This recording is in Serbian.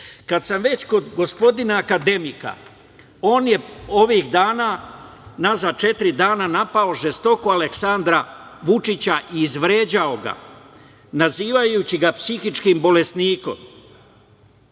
sam već kod gospodina akademika, on je ovih dana, unazad četiri dana, napao žestoko Aleksandra Vučića, izvređao ga, nazivajući ga psihičkim bolesnikom.